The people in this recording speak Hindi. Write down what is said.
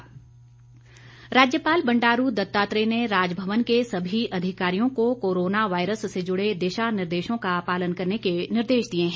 राज्यपाल राज्यपाल बंडारू दत्तात्रेय ने राजभवन के सभी अधिकारियों को कोरोना वायरस से जुड़े दिशा निर्देशों का पालन करने के निर्देश दिए हैं